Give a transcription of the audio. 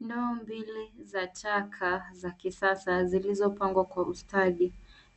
Ndoo mbili za taka za kisasa, zilizopangwa kwa ustadi.